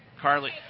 Carly